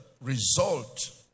result